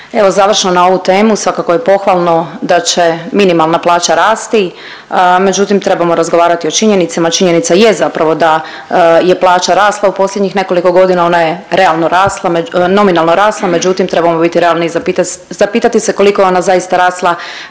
završno na ovu temu svakako je pohvalno da će minimalna plaća rasti, međutim trebamo razgovarati o činjenicama. Činjenica je zapravo da je plaća rasla u posljednjih nekoliko godina, ona je realno rasla, nominalno rasla međutim trebamo biti realni i zapitati se koliko je ona zaista rasla